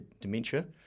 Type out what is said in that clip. dementia